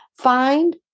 Find